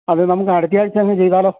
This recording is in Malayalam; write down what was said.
അത് നമുക്കടുത്തയാഴ്ച അങ്ങു ചെയ്താലോ